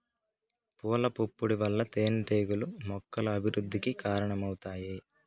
పూల పుప్పొడి వల్ల తేనెటీగలు మొక్కల అభివృద్ధికి కారణమవుతాయి